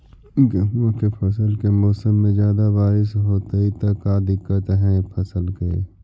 गेहुआ के फसल के मौसम में ज्यादा बारिश होतई त का दिक्कत हैं फसल के?